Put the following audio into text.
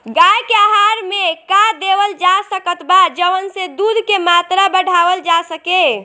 गाय के आहार मे का देवल जा सकत बा जवन से दूध के मात्रा बढ़ावल जा सके?